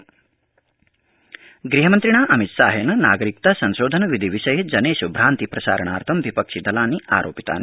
ग़हमन्त्री अमितशाह गृहमन्त्रिणा अमितशाहेन नागरिकता संशोधन विधि विषये जनेष् भ्रान्ति प्रसारणार्थं विपक्षि दलानि आरोपितानि